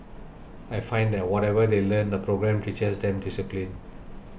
I find that whatever they learn the programme teaches them discipline